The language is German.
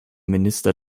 minister